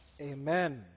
Amen